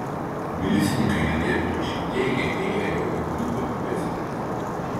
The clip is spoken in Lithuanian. milicininkai lydėję vyriškį teigė ėję jo gyvulių vagių pėdsakais